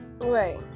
right